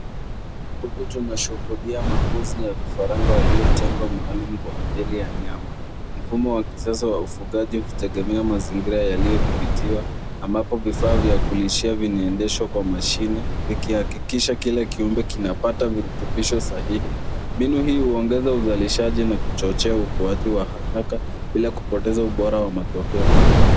Huku tunashuhudia mapozi ya vifaranga waliotengwa maalum kwa ajili ya nyama. Mfumo wa kisasa wa ufugaji ukitegemea mazingira yaliyodhibitiwa ambapo vifaa vya kulishia vinaendeshwa kwa mashine vikiakikisha kila kiumbe kinapata virutubisho sahihi. Mbinu hii huongeza uzalishaji na kuchochea ukuaji wa haraka bila kupoteza ubora wa matokeo.